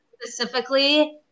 specifically